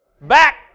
Back